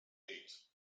eight